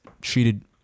treated